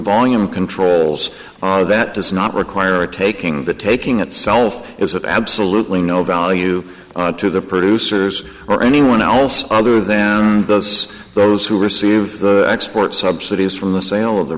volume controls are that does not require a taking the taking itself is of absolutely no value to the producers or anyone else other than those those who receive the export subsidies from the sale of the